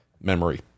memory